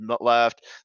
left